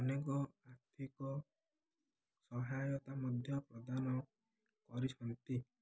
ଅନେକ ଆର୍ଥିକ ସହାୟତା ମଧ୍ୟ ପ୍ରଦାନ କରିଛନ୍ତି